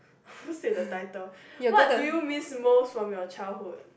almost said the title what do you miss most from your childhood